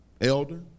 elder